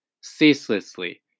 ceaselessly